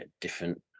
different